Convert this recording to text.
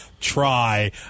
try